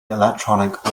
electronic